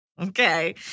Okay